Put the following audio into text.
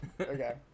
Okay